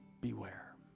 Beware